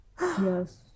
Yes